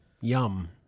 Yum